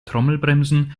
trommelbremsen